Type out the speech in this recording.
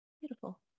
Beautiful